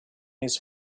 his